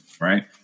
right